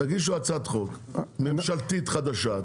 תגישו הצעת חוק ממשלתית חדשה,